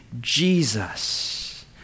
Jesus